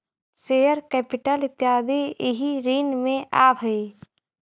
share capital इत्यादि एही श्रेणी में आवऽ हई